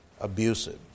abusive